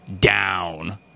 down